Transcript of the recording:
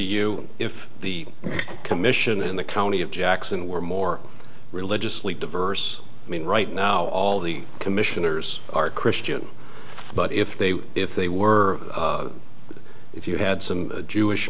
you if the commission and the county of jackson were more religiously diverse i mean right now all the commissioners are christian but if they were if they were if you had some jewish